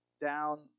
down